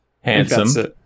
Handsome